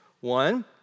one